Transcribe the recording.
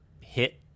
hit